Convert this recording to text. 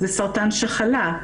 זה סרטן שחלה.